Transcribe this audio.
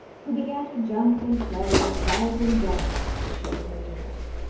who began to jump and play a thousand gambols to show her joy.